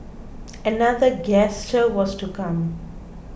another gesture was to come